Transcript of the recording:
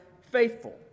faithful